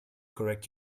correct